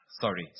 sorry